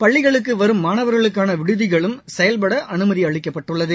பள்ளிகளுக்கு வரும் மாணவர்களுக்கான விடுதிகளும் செயல்பட அனுமதி அளிக்கப்பட்டுள்ளது